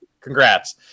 Congrats